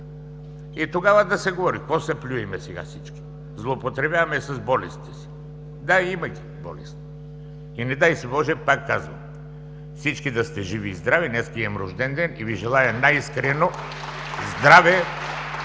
и тогава да говорим. Какво се плюем сега всички? Злоупотребяваме с болестите си. Да, има ги болестите. И не дай си боже, пак казвам: всички да сте живи и здрави! Днес имам рожден ден и Ви желая най-искрено здраве,